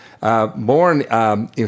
born